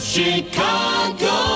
Chicago